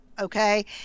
Okay